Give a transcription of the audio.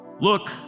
Look